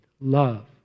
Love